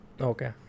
Okay